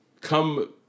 come